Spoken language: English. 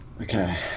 Okay